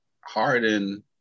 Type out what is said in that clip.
Harden